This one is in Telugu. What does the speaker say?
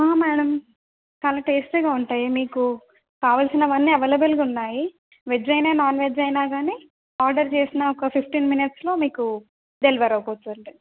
మేడం చాలా టేస్టీగా ఉంటాయి మీకు కావలసినవి అన్నీ అవేలబుల్గా ఉన్నాయి వెజ్ అయిన నాన్ వెజ్ అయిన కానీ ఆర్డర్ చేసిన ఒక ఫిఫ్టీన్ మినిట్స్లో మీకు డెలివరీ అయిపోతుంది